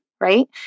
right